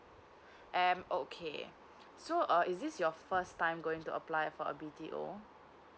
mm okay so uh is it your first time going to apply for a B T O